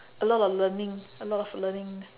a lot of learning a lot of learning